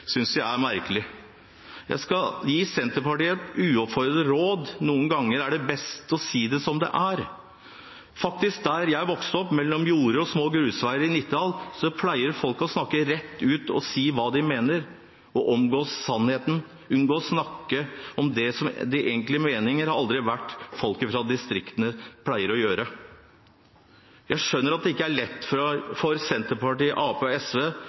synes jeg er merkelig. Jeg skal gi Senterpartiet et uoppfordret råd: Noen ganger er det best å si det som det er. Der jeg vokste opp, mellom jorder og små grusveier i Nittedal, pleier folk å snakke rett ut og si hva de mener og omgås sannheten. Det å unngå å snakke om det man egentlig mener, har aldri vært hva folk i distriktene pleier å gjøre. Jeg skjønner at det ikke er lett for Senterpartiet, Arbeiderpartiet og SV